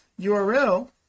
url